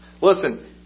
Listen